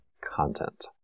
content